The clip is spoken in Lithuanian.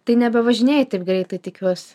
tai nebevažinėji taip greitai tikiuos